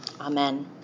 Amen